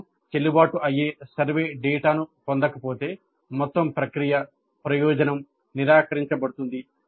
మేము చెల్లుబాటు అయ్యే సర్వే డేటాను పొందకపోతే మొత్తం ప్రక్రియ ప్రయోజనం నిరాకరించబడుతుంది